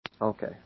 Okay